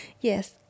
Yes